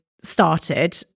started